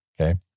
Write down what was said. Okay